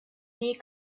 dir